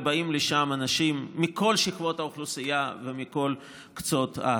ובאים לשם אנשים מכל שכבות האוכלוסייה ומכל קצות הארץ.